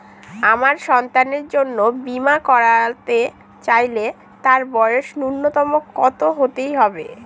আমার সন্তানের জন্য বীমা করাতে চাইলে তার বয়স ন্যুনতম কত হতেই হবে?